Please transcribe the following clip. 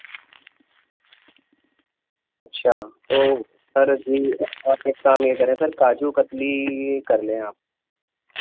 اچھا تو سر جی آپ ایک کام یہ کریں سر کاجو کتلی کر لیں آپ